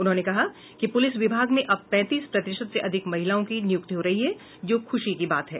उन्होंने कहा कि पुलिस विभाग में अब पैंतीस प्रतिशत से अधिक महिलाओं की नियुक्ति हो रही है जो खुशी की बात है